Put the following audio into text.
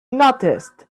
noticed